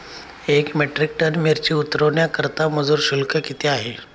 एक metric ton मिरची उतरवण्याकरता मजूर शुल्क किती आहे?